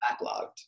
backlogged